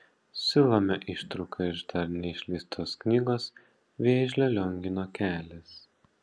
siūlome ištrauką iš dar neišleistos knygos vėžlio liongino kelias